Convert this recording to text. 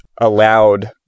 allowed